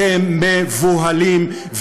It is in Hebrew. אתם מ-בו-ה-לים,